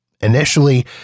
Initially